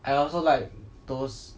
I also like those